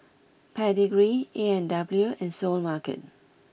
Pedigree A and W and Seoul Mart